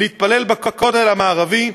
להתפלל בכותל המערבי,